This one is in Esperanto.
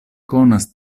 konas